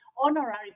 honorary